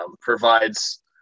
provides